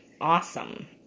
awesome